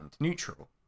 neutral